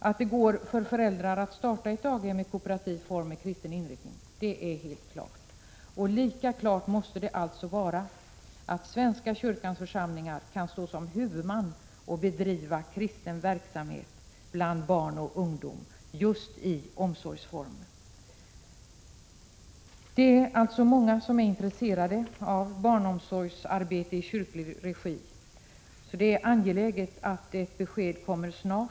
Att det går för föräldrar att starta ett daghem i kooperativ form och med kristen inriktning är helt klart. Lika klart måste det vara att svenska kyrkans församlingar kan stå som huvudmän för kristen verksamhet bland barn och ungdom just i omsorgsform. Många är intresserade av barnomsorgsarbete i kyrklig regi. Det är därför angeläget att ett besked kommer snart.